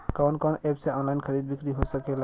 कवन कवन एप से ऑनलाइन खरीद बिक्री हो सकेला?